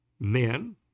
men